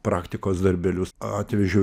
praktikos darbelius atvežiau